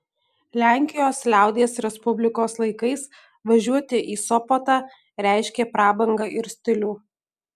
lenkijos liaudies respublikos laikais važiuoti į sopotą reiškė prabangą ir stilių